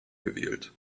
gewählt